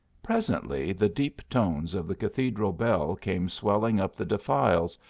presently the deep tones of the cathedral bell came swelling up the defiles,